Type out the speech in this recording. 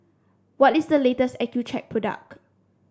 what is the latest Accucheck product